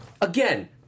again